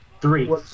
Three